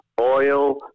oil